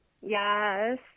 Yes